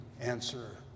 answer